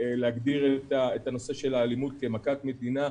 להגדיר את הנושא של האלימות כמכת מדינה,